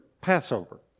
Passover